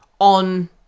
on